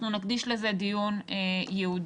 אנחנו נקדיש לזה דיון ייעודי.